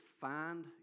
find